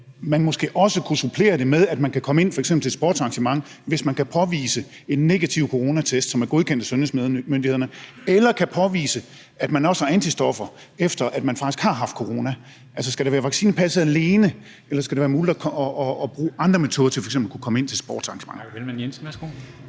man måske kunne supplere det med, at man f.eks., kan komme ind til et sportsarrangement, hvis man kan påvise en negativ coronatest, som er godkendt af sundhedsmyndighederne, eller kan påvise, at man har antistoffer, efter man faktisk har haft corona? Altså, skal det være vaccinepasset alene, der skal gælde, eller skal det være muligt at bruge andre metoder til f.eks. at kunne komme ind til sportsarrangementer?